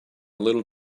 little